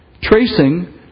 tracing